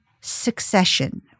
Succession